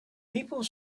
people